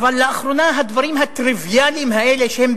אבל גם עיתון שפוגע באדם, אתה רשאי להתגונן.